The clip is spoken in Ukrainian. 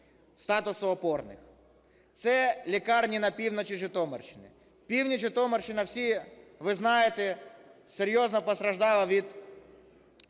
статусу опорних. Це лікарні на півночі Житомирщини. Північ Житомирщини, всі ви знаєте, серйозно постраждала від